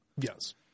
Yes